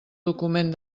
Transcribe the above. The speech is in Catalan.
document